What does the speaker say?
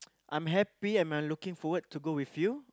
I'm happy and I'm looking forward to go with you